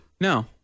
No